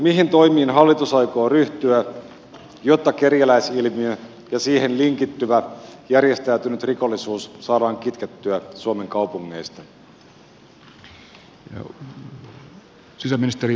mihin toimiin hallitus aikoo ryhtyä jotta kerjäläisilmiö ja siihen linkittyvä järjestäytynyt rikollisuus saadaan kitkettyä suomen kaupungeista